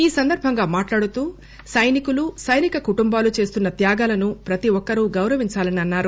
ఈ సందర్బంగా మాట్లాడుతూ సైనికులు సైనిక కుటుంబాలు చేస్తున్న త్యాగాలను ప్రతి ఒక్కరు గౌరవించాలని అన్నారు